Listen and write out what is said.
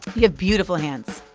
you have beautiful hands